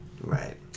Right